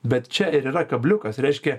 bet čia ir yra kabliukas reiškia